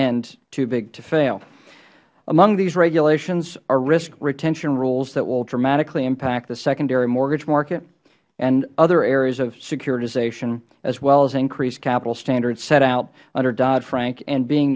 end too big to fail among these regulations are risk retention rules that will dramatically impact the secondary mortgage market and other areas of securitization as well as increase capital standards set out under dodd frank and being